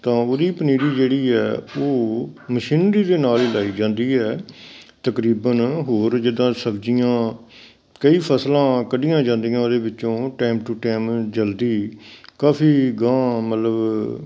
ਤਾਂ ਪੂਰੀ ਪਨੀਰੀ ਜਿਹੜੀ ਹੈ ਉਹ ਮਸ਼ੀਨਰੀ ਦੇ ਨਾਲ ਹੀ ਲਾਈ ਜਾਂਦੀ ਹੈ ਤਕਰੀਬਨ ਹੋਰ ਜਿੱਦਾਂ ਸਬਜ਼ੀਆਂ ਕਈ ਫਸਲਾਂ ਕੱਢੀਆਂ ਜਾਂਦੀਆਂ ਉਹਦੇ ਵਿੱਚੋਂ ਟਾਈਮ ਟੂ ਟਾਈਮ ਜਲਦੀ ਕਾਫੀ ਗਾਂਹ ਮਤਲਬ